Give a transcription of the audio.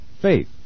Faith